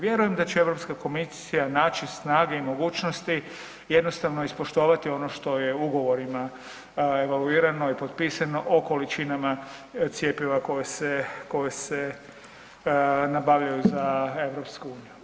Vjerujem da će EU komisija naći snage i mogućnosti jednostavno ispoštovati ono što je ugovorima evaluirano i potpisano o količinama cjepiva koje se nabavljaju za EU.